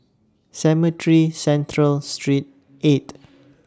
Cemetry Central Street eight